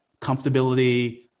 comfortability